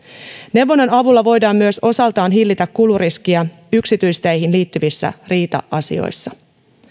neuvonnan avulla voidaan myös osaltaan hillitä kuluriskiä yksityisteihin liittyvissä riita asioissa